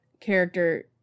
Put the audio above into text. character